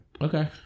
Okay